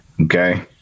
okay